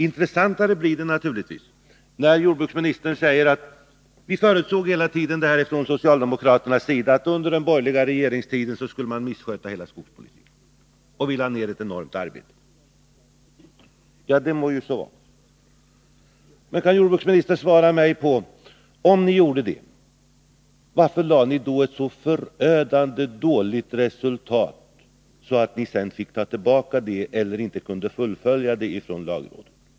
Intressantare blir det naturligtvis när jordbruksministern framhåller att vi hela tiden förutsåg från socialdemokraternas sida att man under den borgerliga regeringstiden totalt skulle missköta skogspolitiken och att ni lade ner ett enormt arbete på den punkten. Ja, det må så vara. Men kan jordbruksministern svara mig på följande fråga: Om ni gjorde det, varför kom ni då fram till ett så förödande dåligt resultat, att ni sedan inte kunde fullfölja det efter lagrådsremissen?